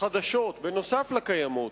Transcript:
חדשות נוסף על הקיימות,